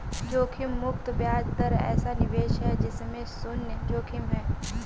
जोखिम मुक्त ब्याज दर ऐसा निवेश है जिसमें शुन्य जोखिम है